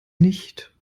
nicht